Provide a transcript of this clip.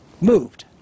moved